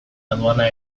aduana